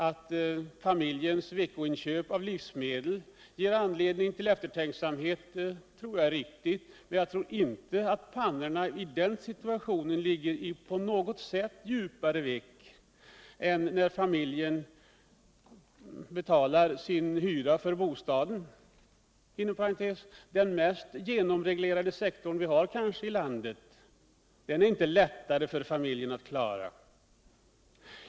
Att familjens veckoinköp av livsmedel ger anledning till eftertänksamhet tror jag är riktigt. Men jag tror inte att familjens pannor i den situationen ligger i några djupare veck än när familjen betalar sin hyra för bostaden — den kanske mest genomreglerade sektor vi har i landet. Men den utgifien är inte lättare att klara.